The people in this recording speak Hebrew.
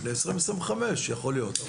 ב-2025, יכול להיות.